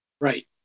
Right